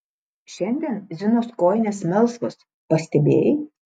šiandien zinos kojinės melsvos pastebėjai